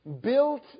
Built